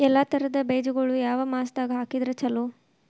ಎಲ್ಲಾ ತರದ ಬೇಜಗೊಳು ಯಾವ ಮಾಸದಾಗ್ ಹಾಕಿದ್ರ ಛಲೋ?